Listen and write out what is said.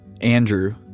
Andrew